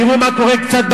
תראו קצת מה קורה בעולם,